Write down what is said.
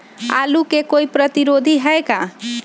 आलू के कोई प्रतिरोधी है का?